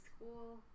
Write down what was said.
school